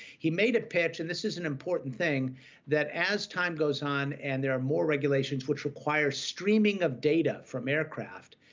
he made a pitch and this is an important thing that, as time goes on, and there are more regulations which require streaming of data from aircraft,